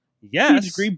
Yes